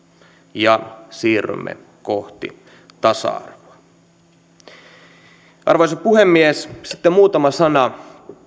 ja siirrymme kohti tasa arvoa arvoisa puhemies sitten muutama sana